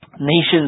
Nations